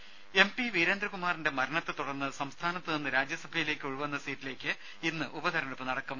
ദേദ M P വീരേന്ദ്രകുമാറിന്റെ മരണത്തെ തുടർന്ന് സംസ്ഥാനത്തുനിന്ന് രാജ്യസഭയിലേക്ക് ഒഴിവു വന്ന സീറ്റിലേക്ക് ഇന്ന് ഉപതെരഞ്ഞെടുപ്പ് നടക്കും